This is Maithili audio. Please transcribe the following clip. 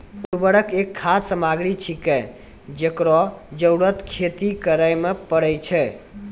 उर्वरक एक खाद सामग्री छिकै, जेकरो जरूरत खेती करै म परै छै